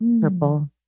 purple